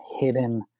hidden